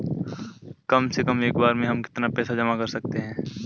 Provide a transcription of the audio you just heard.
कम से कम एक बार में हम कितना पैसा जमा कर सकते हैं?